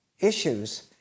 issues